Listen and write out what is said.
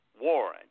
Warren